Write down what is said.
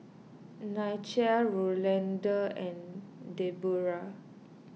Nichelle Rolanda and Debroah